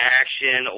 action